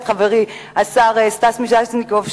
חברי השר סטס מיסז'ניקוב,